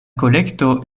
kolekto